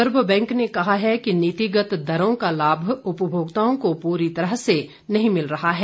reserve Bank ने कहा है कि नीतिगत दरों का लाभ उपभोक्ताओं को पूरी तरह से नहीं मिल रहा है